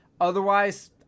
Otherwise